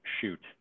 shoot